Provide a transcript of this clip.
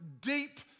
deep